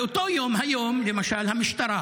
באותו יום, היום, למשל, המשטרה